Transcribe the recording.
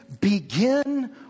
begin